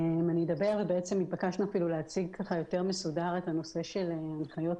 נתבקשנו להציג יותר מסודר את הנושא של הנחיות